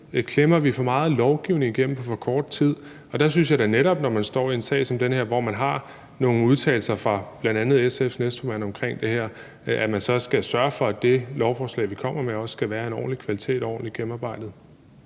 klemmer for meget lovgivning igennem på for kort tid. Der synes jeg da netop, at man, når man står i en sag som den her, hvor man har nogle udtalelser fra bl.a. SF's næstformand omkring det her, så skal sørge for, at det lovforslag, vi kommer med, også skal være af en ordentlig kvalitet og ordentligt gennemarbejdet.